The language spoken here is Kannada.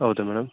ಹೌದ ಮೇಡಮ್